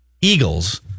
Eagles